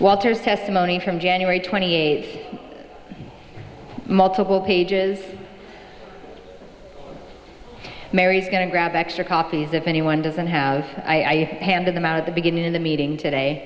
walter's testimony from january twenty eighth multiple pages mary's going to grab extra copies if anyone doesn't have i handed them out at the beginning of the meeting today